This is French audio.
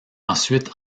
ensuite